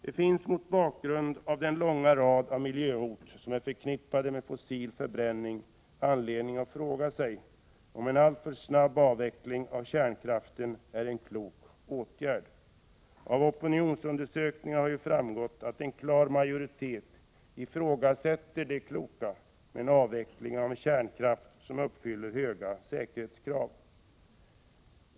Det finns mot bakgrund av den långa rad av miljöhot som är förknippade med fossil förbränning anledning att fråga sig om en alltför snabb avveckling i Sverige är en klok åtgärd. Av gjorda opinionsundersökningar har det framgått att en klar majoritet ifrågasätter det kloka i att avveckla en kärnkraft som uppfyller höga säkerhetskrav.